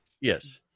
yes